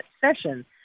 session